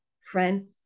friend